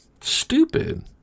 stupid